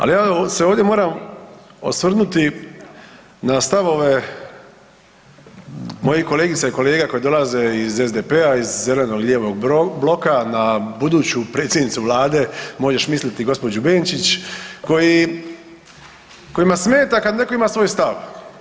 Ali ja se ovdje moram osvrnuti na stavove mojih kolegica i kolega koji dolaze iz SDP-a iz zeleno-lijevog bloka na buduću predsjednicu vlade možeš misliti gospođu Benčić, koji, kojima smeta kad netko ima svoj stav.